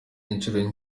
inshuro